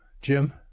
Jim